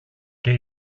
και